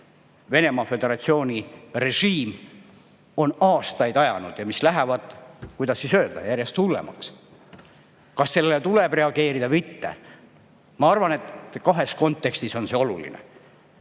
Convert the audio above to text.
Venemaa Föderatsiooni režiim on aastaid ajanud ja mis läheb, kuidas öelda, järjest hullemaks. Kas sellele tuleb reageerida või mitte? Ma arvan, et kahes kontekstis on see oluline.